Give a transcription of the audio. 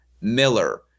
Miller